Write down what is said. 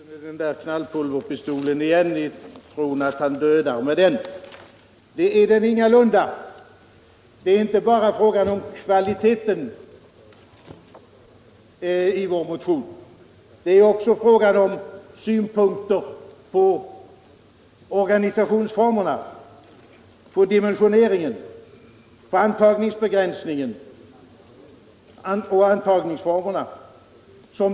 Herr talman! Herr Alemyr är nu ute med knallpulverpistolen igen i tron att han dödar med den. I vår motion tar vi inte bara upp frågan om kvaliteten — vi framför också synpunkter på organisationsformerna, på dimensioneringen, på intagningsbegränsningen och på intagningsformerna.